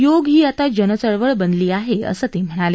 योग ही आता जन चळवळ बनली आहे असं ते म्हणाले